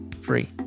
free